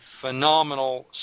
phenomenal